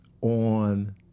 on